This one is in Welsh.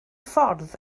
ffordd